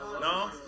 No